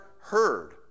heard